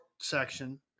section